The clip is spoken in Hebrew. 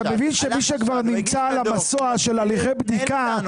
אתה מבין שמי שכבר נמצא על המסוע של הליכי בדיקה --- עלה חשד,